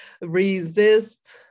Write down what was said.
Resist